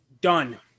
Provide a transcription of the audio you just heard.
done